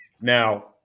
Now